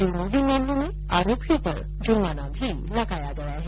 दोनो ही मामलों में आरोपियों पर जुर्माना भी लगाया गया है